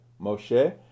Moshe